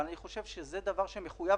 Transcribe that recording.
אבל אני חושב שזה דבר מחויב,